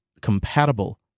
compatible